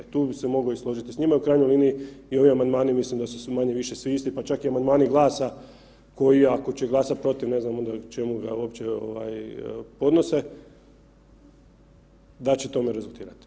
Tu bi se mogao složiti s njima u krajnjoj liniji i ovi amandmani mislim da su manje-više svi isti, pa čak i amandmani GLAS-a koji ako će glasati protiv ne znam onda čemu ga uopće podnose da će tome rezultirati.